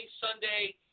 Sunday